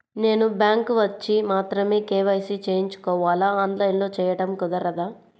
నేను బ్యాంక్ వచ్చి మాత్రమే కే.వై.సి చేయించుకోవాలా? ఆన్లైన్లో చేయటం కుదరదా?